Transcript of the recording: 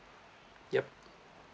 yup